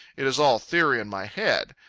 it is all theory in my head.